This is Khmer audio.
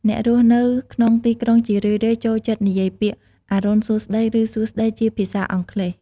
អ្នករស់នៅក្នុងទីក្រុងជារឿយៗចូលចិត្តនិយាយពាក្យ "អរុណសួស្តី" ឬ "សួស្តី" ជាភាសាអង់គ្លេស។